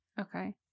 Okay